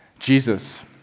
Jesus